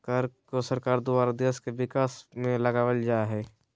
कर को सरकार द्वारा देश के विकास में लगावल जा हय